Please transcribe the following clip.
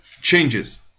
changes